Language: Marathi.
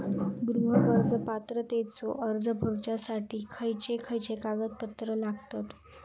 गृह कर्ज पात्रतेचो अर्ज भरुच्यासाठी खयचे खयचे कागदपत्र लागतत?